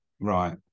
Right